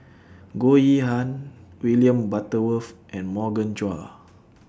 Goh Yihan William Butterworth and Morgan Chua